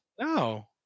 No